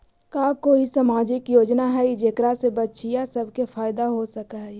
का कोई सामाजिक योजना हई जेकरा से बच्चियाँ सब के फायदा हो सक हई?